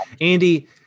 Andy